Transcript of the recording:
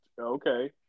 okay